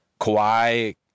Kawhi